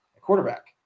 quarterback